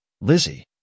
Lizzie